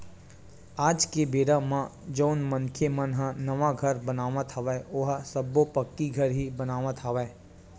आज के बेरा म जउन मनखे मन ह नवा घर बनावत हवय ओहा सब्बो पक्की घर ही बनावत हवय